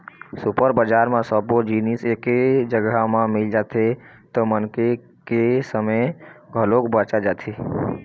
super बजार म सब्बो जिनिस एके जघा म मिल जाथे त मनखे के समे घलोक बाच जाथे